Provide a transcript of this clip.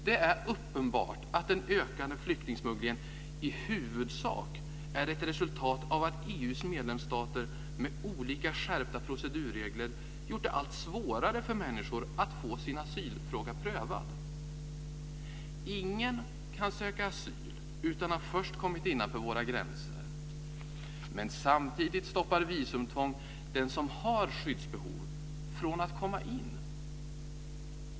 Det är uppenbart att den ökande flyktingsmugglingen i huvudsak är ett resultat av att EU:s medlemsstater med olika skärpta procedurregler gjort det allt svårare för människor att få sin asylfråga prövad. Ingen kan söka asyl utan att först ha kommit innanför våra gränser. Men samtidigt stoppar visumtvång den som har skyddsbehov från att komma in.